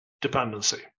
dependency